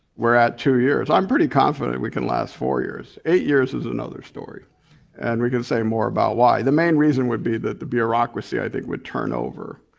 we're at two years. i'm pretty confident we can last four years. eight years is another story and we can say more about why. the main reason would be that the bureaucracy i think would turn over.